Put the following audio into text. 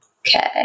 Okay